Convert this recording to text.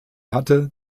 hatte